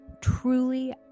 truly